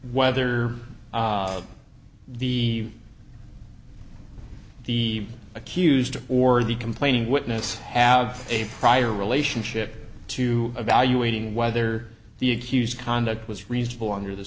whether the the accused or the complaining witness have a prior relationship to evaluating whether the accused conduct was reasonable under the